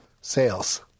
sales